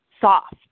soft